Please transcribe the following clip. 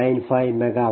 95 megawatt